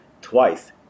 twice